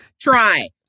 try